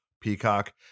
Peacock